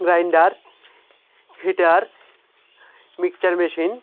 grinder heater mixture machine